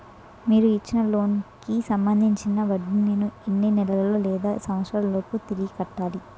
మీరు ఇచ్చిన లోన్ కి సంబందించిన వడ్డీని నేను ఎన్ని నెలలు లేదా సంవత్సరాలలోపు తిరిగి కట్టాలి?